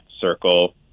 circle